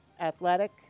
athletic